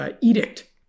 edict